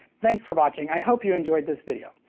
thanks for watching, i hope you enjoyed this video!